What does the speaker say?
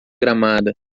gramada